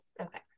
Okay